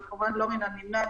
אבל כמובן שלא מן הנמנע,